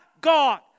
God